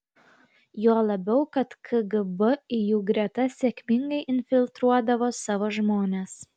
juo labiau kad kgb į jų gretas sėkmingai infiltruodavo savo žmones